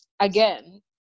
again